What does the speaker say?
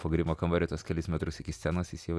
po grimo kambario tos kelis metrus iki scenos jis jau